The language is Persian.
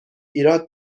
ایراد